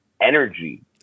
energy